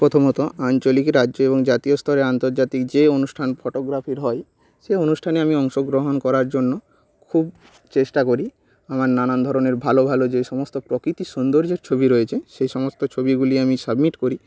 প্রথমত আঞ্চলিক রাজ্য এবং জাতীয় স্তরে আন্তর্জাতিক যে অনুষ্ঠান ফটোগ্রাফির হয় সেই অনুষ্ঠানে আমি অংশগ্রহণ করার জন্য খুব চেষ্টা করি আমার নানান ধরনের ভালো ভালো যে সমস্ত প্রকৃতির সুন্দর্য ছবি রয়েছে সে সমস্ত ছবিগুলি আমি সাবমিট করি